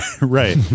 right